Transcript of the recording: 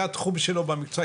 זה התחום שלו והמקצוע.